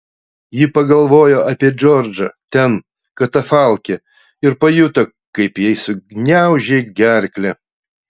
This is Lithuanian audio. ji pagalvojo apie džordžą ten katafalke ir pajuto kaip jai sugniaužė gerklę